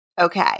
Okay